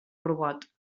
robot